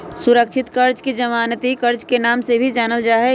सुरक्षित कर्ज के जमानती कर्ज के नाम से भी जानल जाहई